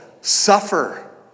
suffer